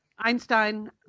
Einstein